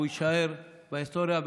הוא יישאר בהיסטוריה,